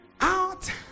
out